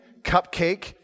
Cupcake